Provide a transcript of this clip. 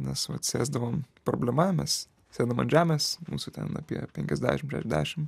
nes vat sėsdavom problema mes sėdam ant žemės mūsų ten apie penkiasdešimt šešiasdešimt